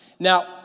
Now